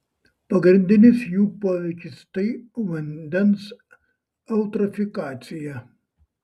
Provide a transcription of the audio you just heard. pagrindinis jų poveikis tai vandens eutrofikacija